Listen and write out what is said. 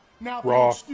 Raw